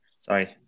sorry